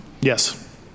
yes